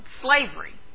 slavery